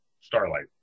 Starlight